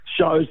shows